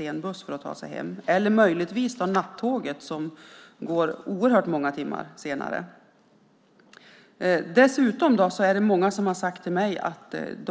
Man kan möjligen ta nattåget, men det går många timmar senare. Många åker